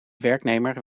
werknemer